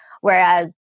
Whereas